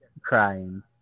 crying